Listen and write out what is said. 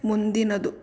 ಮುಂದಿನದು